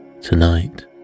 Tonight